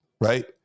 right